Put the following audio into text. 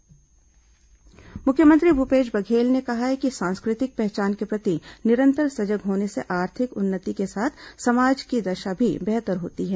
परिचय सम्मेलन मुख्यमंत्री भूपेश बघेल ने कहा है कि सांस्कृतिक पहचान के प्रति निरंतर सजग होने से आर्थिक उन्नति के साथ समाज की दशा भी बेहतर होती है